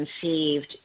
conceived